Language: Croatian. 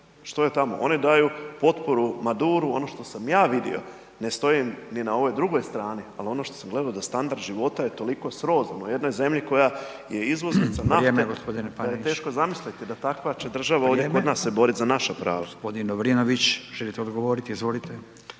Što je tamo? Oni daju potporu Maduru, ono što sam ja vidio ne stoji im ni na ovoj drugoj strani, al' ono što sam gledao da standard život je toliko srozan u jednoj zemlji koja je izvoznica nafte da je teško zamisliti da takva će država ovdje kod nas se boriti za naša prava.